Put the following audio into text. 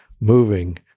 moving